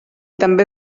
també